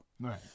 Right